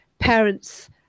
Parents